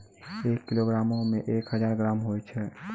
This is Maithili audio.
एक किलोग्रामो मे एक हजार ग्राम होय छै